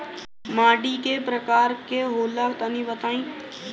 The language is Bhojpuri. माटी कै प्रकार के होला तनि बताई?